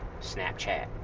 snapchat